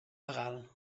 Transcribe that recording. legal